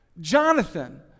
Jonathan